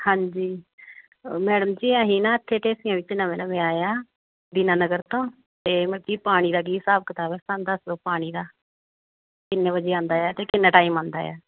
ਹਾਂਜੀ ਮੈਡਮ ਜੀ ਅਸੀਂ ਨਾ ਇੱਥੇ ਢੇਸੀਆਂ ਵਿੱਚ ਨਵੇਂ ਨਵੇਂ ਆਏ ਹਾਂ ਦੀਨਾ ਨਗਰ ਤੋਂ ਤੇ ਮਲਕੀ ਪਾਣੀ ਦਾ ਕੀ ਹਿਸਾਬ ਕਿਤਾਬ ਆ ਸਾਨੂੰ ਦੱਸ ਦਓ ਪਾਣੀ ਦਾ ਕਿੰਨੇ ਵਜੇ ਆਉਂਦਾ ਆ ਅਤੇ ਕਿੰਨਾ ਟਾਈਮ ਆਉਂਦਾ ਆ